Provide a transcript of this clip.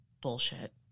bullshit